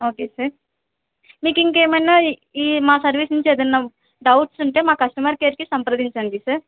okay sir మీకు ఇంకేమైనా ఈ మా సర్వీస్ నుంచి ఏదన్నా డౌట్స్ ఉంటే మా కస్టమర్ కేర్ని సంప్రదించండి సార్